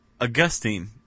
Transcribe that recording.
Augustine